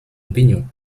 opinion